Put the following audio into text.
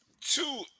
Two